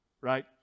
right